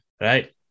right